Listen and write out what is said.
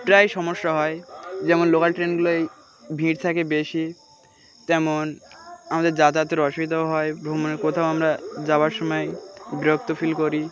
প্রায় সমস্যা হয় যেমন লোকাল ট্রেনগুলো ভিড় থাকে বেশি তেমন আমাদের যাতায়াতের অসুবিধাও হয় ভ্রমণে কোথাও আমরা যাবার সময় বিরক্ত ফিল করি